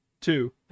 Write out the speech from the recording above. Two